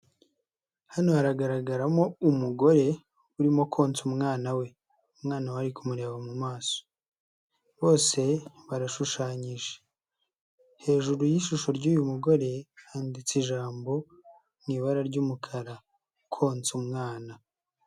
Hano haragaragaramo umugore urimo konsa umwana we, umwana we ari kumureba mu maso bose barashushanyije, hejuru yishusho ry'uyu mugore handitse ijambo mu ibara ry'umukara konsa umwana.